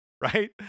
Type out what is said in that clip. right